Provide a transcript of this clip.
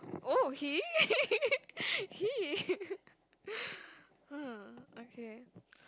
oh he he oh okay